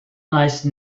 nice